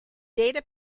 data